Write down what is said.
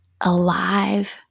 alive